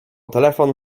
telefon